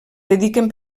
dediquen